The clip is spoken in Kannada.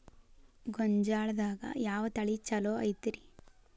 ಗೊಂಜಾಳದಾಗ ಯಾವ ತಳಿ ಛಲೋ ಐತ್ರಿ?